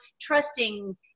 trusting